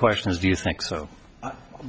question is do you think so